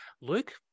Luke